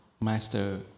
Master